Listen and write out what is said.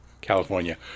California